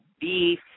beef